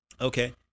Okay